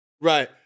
Right